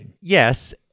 yes